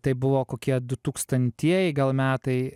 tai buvo kokie du tūkstantieji gal metai